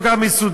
כל כך מסודר,